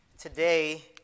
Today